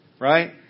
right